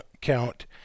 count